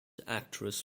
actress